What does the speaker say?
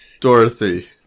Dorothy